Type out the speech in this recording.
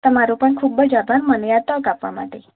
તામારો પણ ખૂબ જ અભાર મને આ તક આપવા માટે